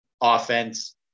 offense